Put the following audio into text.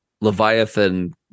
Leviathan